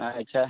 ᱟᱪᱪᱷᱟ